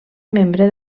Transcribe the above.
membre